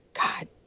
God